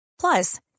Plus